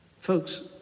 Folks